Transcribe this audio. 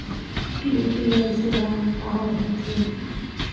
UPI सेवाएं का होथे